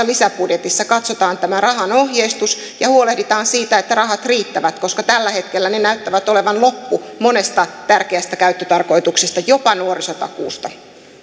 lisäbudjetissa katsotaan tämä rahan ohjeistus ja huolehditaan siitä että rahat riittävät koska tällä hetkellä ne näyttävät olevan loppu monesta tärkeästä käyttötarkoituksesta jopa nuorisotakuusta